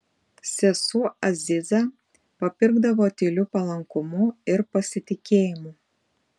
sesuo aziza papirkdavo tyliu palankumu ir pasitikėjimu